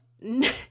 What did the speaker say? No